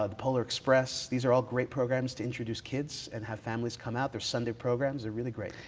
ah polar express. these are all great programs to introduce kids and have families come out. there's sunday programs. they're really great.